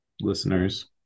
listeners